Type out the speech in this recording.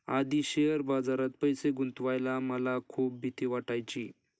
आधी शेअर बाजारात पैसे गुंतवायला मला खूप भीती वाटायची